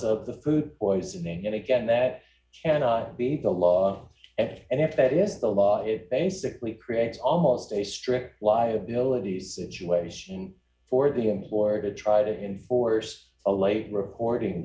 of the food poisoning and again that cannot be the law and and if that is the law it basically pre dates almost a strict liability situation for the employer to try to enforce a late reporting